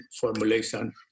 formulation